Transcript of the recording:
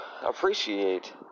appreciate